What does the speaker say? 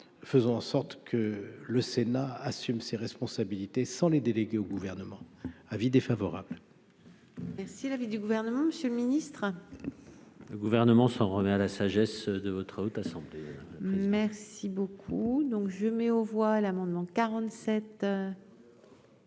faisons en sorte que le Sénat assume ses responsabilités, sans les délégués au gouvernement : avis défavorable. Merci l'avis du gouvernement, Monsieur le Ministre. Le gouvernement s'en remet à la sagesse de votre out à son. Merci beaucoup, donc je mets aux voix l'amendement 47.